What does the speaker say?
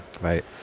Right